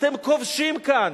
אתם כובשים כאן.